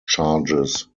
charges